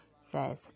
says